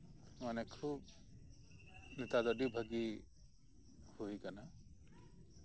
ᱢᱟᱱᱮ ᱠᱷᱩᱵᱽ ᱱᱮᱛᱟᱨ ᱫᱚ ᱟᱹᱰᱤ ᱵᱷᱟᱹᱜᱮ ᱦᱩᱭ ᱟᱠᱟᱱᱟ